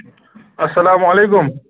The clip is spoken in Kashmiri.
السلامُ علیکُم